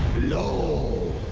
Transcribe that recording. no